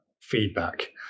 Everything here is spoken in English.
feedback